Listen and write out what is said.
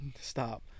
Stop